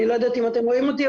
אני לא יודעת אם אתם רואים אותי,